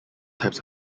types